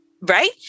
Right